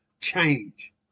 change